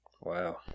Wow